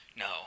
No